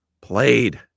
played